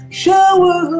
shower